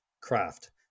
craft